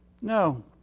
No